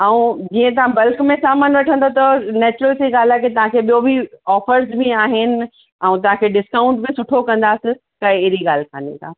ऐं जीअं तव्हां बल्क में सामान वठंदा त नेचुरल सी ॻाल्हि आहे की तव्हांखे ॿियो बि ऑफर्स बि आहिनि ऐं तव्हांखे डिस्काउंट बि सुठो कंदासीं त अहिड़ी ॻाल्हि कोन्हे का